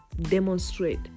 demonstrate